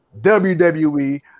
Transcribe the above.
WWE